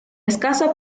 escaso